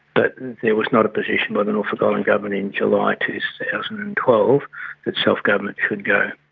but there was not a position by the norfolk island government in july two thousand and twelve that self-government should go.